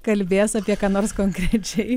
kalbės apie ką nors konkrečiai